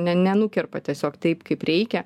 ne nenukerpa tiesiog taip kaip reikia